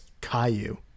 caillou